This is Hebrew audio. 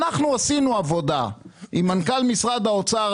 אנחנו עשינו עבודה לפני כמה שנים עם מנכ"ל משרד האוצר,